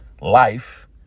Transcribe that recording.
life